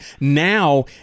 now